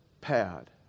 pad